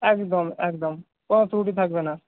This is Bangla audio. একদম একদম কোনও ত্রুটি থাকবে না